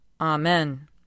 Amen